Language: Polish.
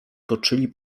toczyli